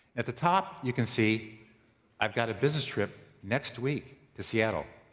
at the top, you can see i've got a business trip next week to seattle.